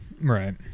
right